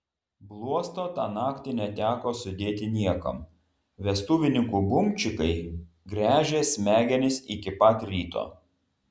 bluosto tą naktį neteko sudėti niekam vestuvininkų bumčikai gręžė smegenis iki pat ryto